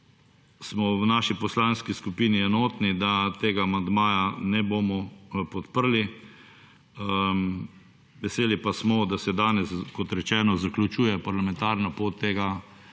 smo vaši poslanski skupini enotni, da tega amandmaja ne bomo podprli. Veseli pa smo, da se danes, kot rečeno, zaključuje parlamentarna pot tega